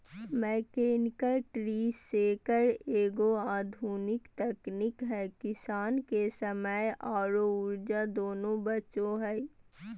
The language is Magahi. मैकेनिकल ट्री शेकर एगो आधुनिक तकनीक है किसान के समय आरो ऊर्जा दोनों बचो हय